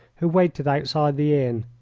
who waited outside the inn,